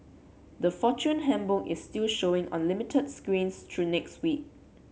the Fortune Handbook is still showing on limited screens through next week